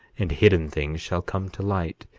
and hidden things shall come to light,